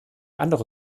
andere